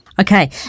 Okay